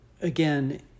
again